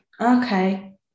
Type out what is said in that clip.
okay